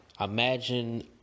imagine